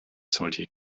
solche